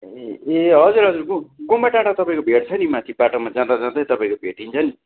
ए हजुर हजुर गु गुम्बा डाँडा तपाईँको भेट्छ नि माथि बाटोमा जाँदाजाँदै तपाईँको भेटिन्छ नि